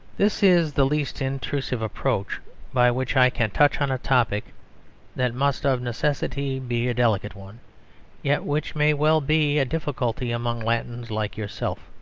this is the least intrusive approach by which i can touch on a topic that must of necessity be a delicate one yet which may well be a difficulty among latins like yourself.